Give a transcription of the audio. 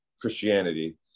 Christianity